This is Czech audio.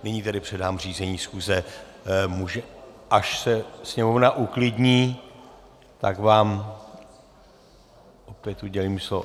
Nyní tedy předám řízení schůze, až se sněmovna uklidní, tak vám opět udělím slovo.